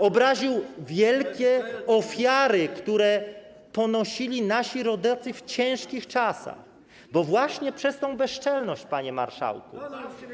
Obraził wielkie ofiary, które ponosili nasi rodacy w ciężkich czasach, bo właśnie przez tę bezczelność, panie marszałku.